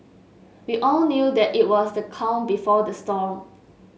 we all knew that it was the calm before the storm